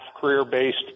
career-based